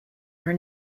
are